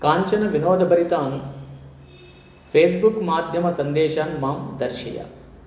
काञ्चन विनोदभरितान् फ़ेस्बुक् माध्यमसन्देशान् मां दर्शय